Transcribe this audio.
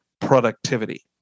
productivity